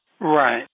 Right